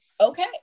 okay